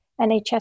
NHS